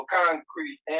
concrete